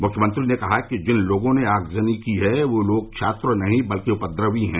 मुख्यमंत्री ने कहा कि जिन लोगों ने आगजनी की है वे लोग छात्र नहीं बल्कि उपद्रवी है